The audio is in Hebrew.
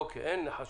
אוקיי, אין חשש.